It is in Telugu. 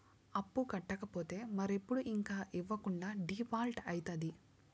అప్పు కట్టకపోతే మరెప్పుడు ఇంక ఇవ్వకుండా డీపాల్ట్అయితాది